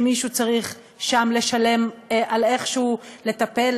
שמישהו צריך שם לשלם על איכשהו לטפל,